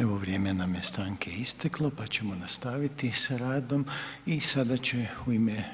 Evo vrijeme nam je stanke isteklo pa ćemo nastaviti sa radom i sada će u ime